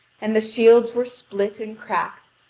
and the shields were split and cracked,